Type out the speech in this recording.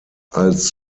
als